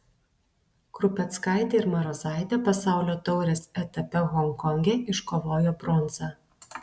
krupeckaitė ir marozaitė pasaulio taurės etape honkonge iškovojo bronzą